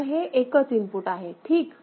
तर हे एकच इनपुट आहेठीक